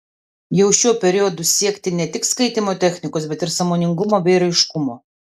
jau šiuo periodu siekti ne tik skaitymo technikos bet ir sąmoningumo bei raiškumo